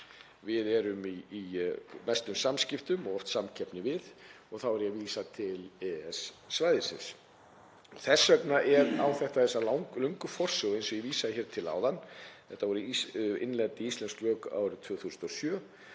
við erum í sem mestum samskiptum og oft samkeppni við, og þá er ég að vísa til EES-svæðisins. Þess vegna á þetta sér þessa löngu forsögu sem ég vísaði til áðan. Þetta var innleitt í íslensk lög árið 2007